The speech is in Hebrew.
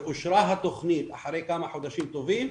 ואושרה התכנית אחרי כמה חודשים טובים,